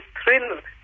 thrilled